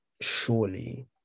surely